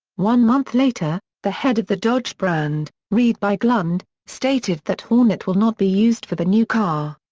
one month later, the head of the dodge brand, reid biglund, stated that hornet will not be used for the new car.